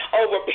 over